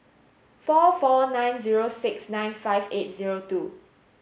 four four nine zero six nine five eight zero two